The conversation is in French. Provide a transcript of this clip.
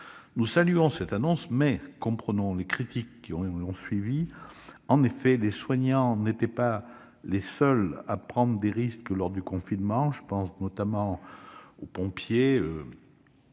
Nous saluons cette annonce, mais nous comprenons les critiques qu'elle a suscitées. En effet, les soignants n'étaient pas les seuls à prendre des risques lors du confinement. Je pense notamment aux pompiers,